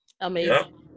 amazing